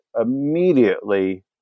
immediately